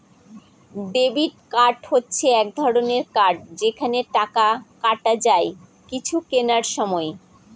debit card হচ্ছে এক রকমের কার্ড যেখানে টাকা কাটা যায় কিছু কেনার সময়